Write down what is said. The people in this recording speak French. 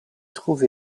trouve